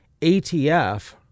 ATF